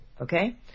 okay